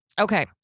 Okay